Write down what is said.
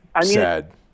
sad